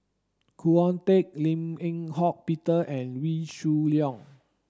Khoo Oon Teik Lim Eng Hock Peter and Wee Shoo Leong